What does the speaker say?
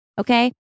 Okay